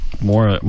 more